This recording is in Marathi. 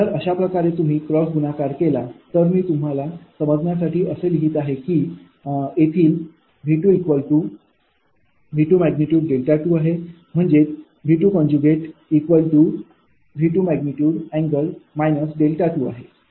जर अशाप्रकारे तुम्ही क्रॉस गुणाकार केला तर मी तुम्हाला समजण्यासाठी असे लिहित आहे की येथील V2।V2।∠δ2 आहे म्हणजेच V2।V2।∠−δ2 आहे